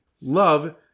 Love